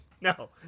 No